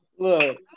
Look